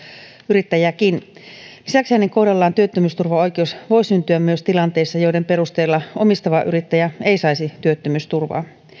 yrittäjäkin lisäksi hänen kohdallaan työttömyysturvaoikeus voi syntyä myös tilanteissa joiden perusteella omistava yrittäjä ei saisi työttömyysturvaa